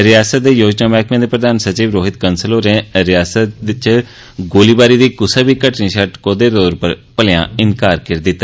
रियासत दे योजना मैहकमें दे प्रधान सचिव रोहित कंसल होरें रियासत च गोलीबारी दी कुसै बी घटना शा टकोह्दे तौर उप्पर भलेंआं इंकार कीता